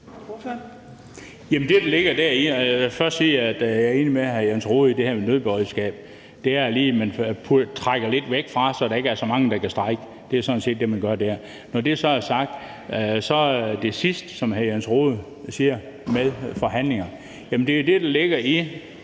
Bent Bøgsted (DF): Jeg vil først sige, at jeg er enig med hr. Jens Rohde i det her med nødberedskabet. Det gør, at man lige trækker nogle væk derfra, så der ikke er så mange, der kan strejke. Det er sådan set det, man gør der. Når det så er sagt, vil jeg sige om det sidste, hr. Jens Rohde siger om forhandlinger, at det jo er det, der ligger i